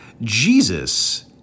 Jesus